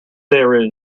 there